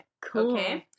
Cool